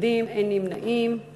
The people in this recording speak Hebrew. (זקיפת ימי מחלה להורה של אדם עם מוגבלות),